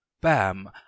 Bam